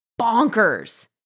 bonkers